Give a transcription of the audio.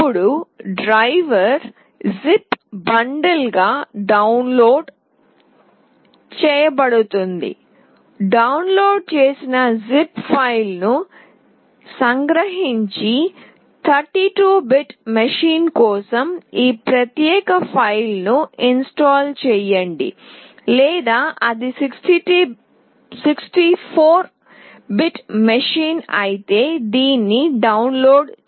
అప్పుడు driver zip బండిల్గా download చేయబడుతుంది డౌన్లోడ్ చేసిన జిప్ ఫైల్ను సంగ్రహించి 32 బిట్ మెషీన్ కోసం ఈ ప్రత్యేక ఫైల్ను ఇన్స్టాల్ చేయండి లేదా అది 64 బిట్ మెషీన్ అయితే దీన్ని డౌన్లోడ్ చేసుకోండి